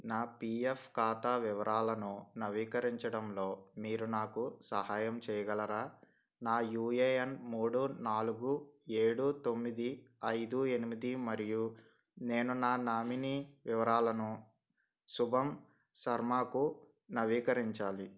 నా పీఎఫ్ ఖాతా వివరాలను నవీకరించడంలో మీరు నాకు సహాయం చెయ్యగలరా నా యూఏఎన్ మూడు నాలుగు ఏడు తొమ్మిది ఐదు ఎనిమిది మరియు నేను నా నామినీ వివరాలను శుభమ్ శర్మాకు నవీకరించాలి